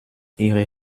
ihre